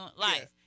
life